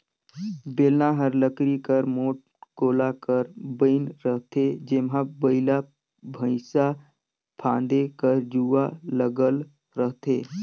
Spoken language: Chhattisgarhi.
बेलना हर लकरी कर मोट गोला कर बइन रहथे जेम्हा बइला भइसा फादे कर जुवा लगल रहथे